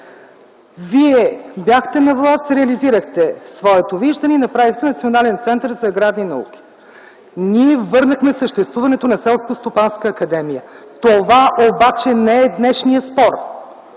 Вие бяхте на власт, реализирахте своето виждане и направихте Национален център за аграрни науки. Ние върнахме съществуването на Селскостопанска академия. Това обаче не е днешният спор.